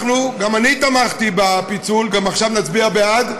גם אני תמכתי בפיצול, וגם עכשיו נצביע בעד.